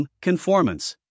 Conformance